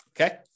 okay